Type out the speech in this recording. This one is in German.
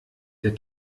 der